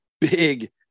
big